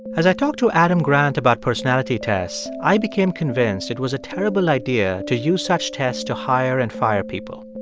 as i talked to adam grant about personality tests, i became convinced it was a terrible idea to use such tests to hire and fire people.